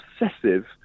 obsessive